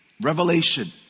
Revelation